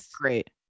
great